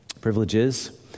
privileges